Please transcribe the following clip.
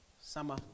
Summer